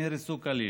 נהרסו כליל.